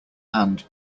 hand